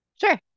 Sure